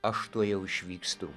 aš tuojau išvykstu